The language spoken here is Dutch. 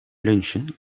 lunchen